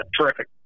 terrific